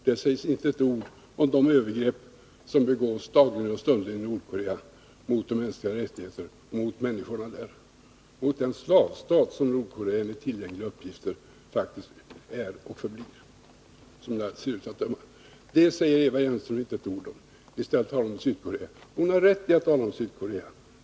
Det sägs inte ett ord om de övergrepp som begås dagligen och stundligen i Nordkorea mot de mänskliga rättigheterna, mot människorna där. Inte ett ord sägs om den slavstat som Nordkorea enligt tillgängliga uppgifter faktiskt är och förblir. Det säger Eva Hjelmström inte ett ord om. I stället talar hon om Sydkorea. Hon har rätt i att tala om Sydkorea.